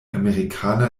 amerikaner